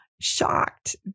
shocked